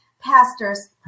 pastors